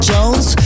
Jones